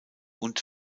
und